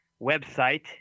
website